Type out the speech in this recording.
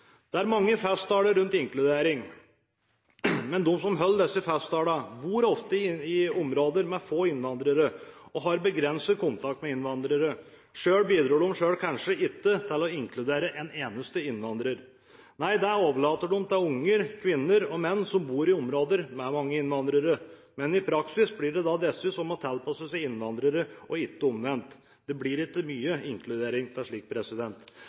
Det er mange festtaler rundt inkludering, men de som holder disse festtalene, bor ofte i områder med få innvandrere og har begrenset kontakt med dem. Selv bidrar de kanskje ikke til å inkludere en eneste innvandrer. Det overlater de til unger, kvinner og menn som bor i områder med mange innvandrere. I praksis blir det da disse som må tilpasse seg innvandrerne, og ikke omvendt. Det blir ikke mye inkludering